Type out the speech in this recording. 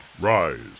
Rise